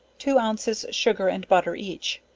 two ounces sugar and butter each,